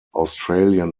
australian